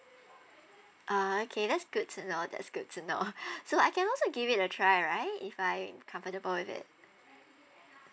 ah okay that's good to know that's good to know so I can also give it a try right if I comfortable with it